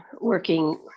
working